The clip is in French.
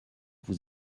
vous